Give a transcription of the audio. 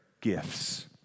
gifts